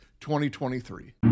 2023